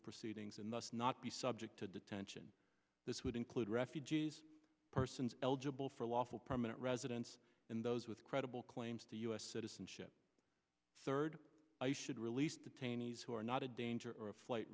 proceedings and must not be subject to detention this would include refugees persons eligible for lawful permanent residence and those with credible claims to us citizenship third i should release detainees who are not a danger or a flight